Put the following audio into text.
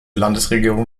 landesregierung